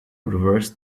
reversed